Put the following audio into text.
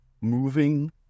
moving